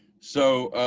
so